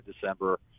December